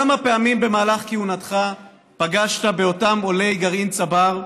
כמה פעמים במהלך כהונתך פגשת באותם עולי גרעין צבר,